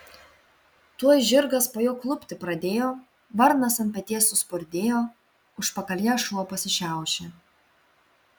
tuoj žirgas po juo klupti pradėjo varnas ant peties suspurdėjo užpakalyje šuo pasišiaušė